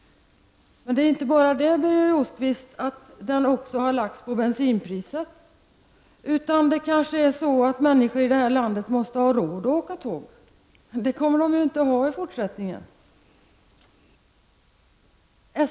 Men, Birger Rosqvist, den läggs inte bara på bensinpriset. Människorna i vårt land måste ha råd med att åka tåg, men det kommer de inte att ha i fortsättningen.